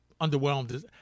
underwhelmed